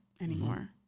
anymore